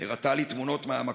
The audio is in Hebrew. היא הראתה לי תמונות מהמקום,